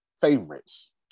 favorites